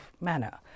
manner